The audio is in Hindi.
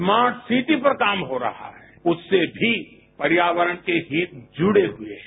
स्मार्ट सिटी पर काम हो रहा है उससे भी पर्यावरण के हित जुड़े हुए हैं